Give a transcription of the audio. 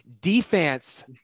defense